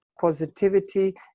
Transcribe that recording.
positivity